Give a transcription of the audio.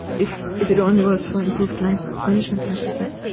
if if it only was for improved land management practices.